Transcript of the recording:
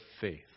faith